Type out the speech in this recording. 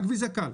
רק ויזה כאל,